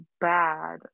bad